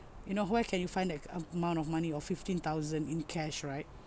you know where can you find that amount of money or fifteen thousand in cash right